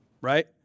Right